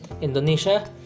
Indonesia